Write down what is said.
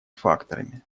факторами